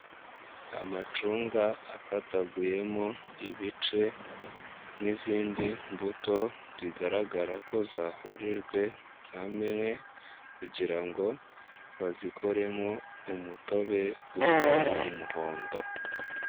Amacunga akataguyemo ibice, n'izindi mbuto bigaragara ko zahurijwe hamwe kugira ngo bazikoremo umutobe usa umuhondo.